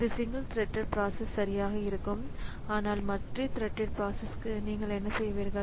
இது single threaded process சரியாக இருக்கும் ஆனால் மல்டி த்ரெட்டெட் ப்ராசஸ்க்கு நீங்கள் என்ன செய்வீர்கள்